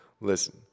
listen